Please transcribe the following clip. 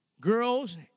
Girls